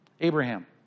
Abraham